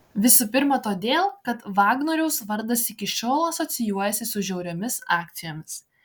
visų pirma todėl kad vagnoriaus vardas iki šiol asocijuojasi su žiauriomis akcijomis